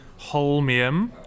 holmium